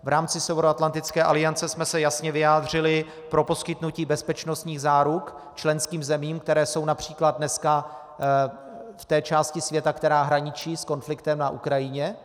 V rámci Severoatlantické aliance jsme se jasně vyjádřili pro poskytnutí bezpečnostních záruk členským zemím, které jsou například dneska v té části světa, která hraničí s konfliktem na Ukrajině.